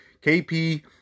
KP